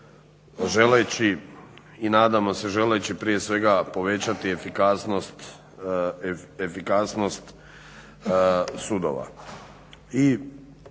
želeći, i nadamo se želeći prije svega povećati efikasnost sudova.